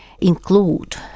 include